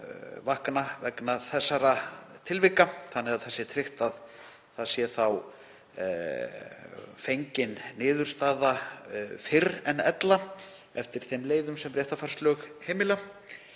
vakna vegna þessara tilvika þannig að það sé tryggt að fengin sé niðurstaða fyrr en ella eftir þeim leiðum sem réttarfarslög heimila.